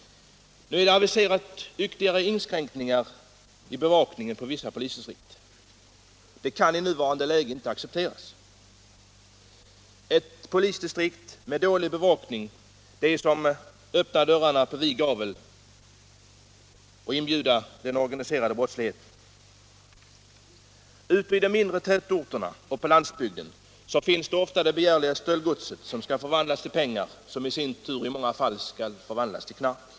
Nu har det aviserats ytterligare inskränkningar i bevakningen inom vissa polisdistrikt. Det kan i nuvarande läge inte accepteras. Ett polisdistrikt med dålig bevakning är som att öppna dörrarna på vid gavel och inbjuda den organiserade brottsligheten. Ute i de mindre tätorterna och på landsbygden finns ofta det begärliga stöldgodset, som skall förvandlas till pengar som i sin tur i många fall skall förvandlas till knark.